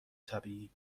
طبیعی